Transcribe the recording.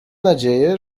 nadzieję